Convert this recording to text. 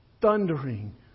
thundering